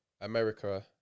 America